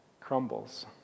crumbles